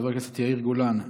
חבר הכנסת יאיר גולן,